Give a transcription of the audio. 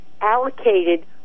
allocated